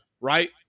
right